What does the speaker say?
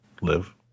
live